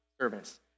servants